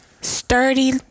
sturdy